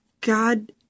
God